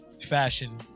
fashion